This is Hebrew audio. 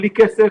בלי כסף.